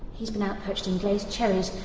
he's been out purchasing glazed cherries,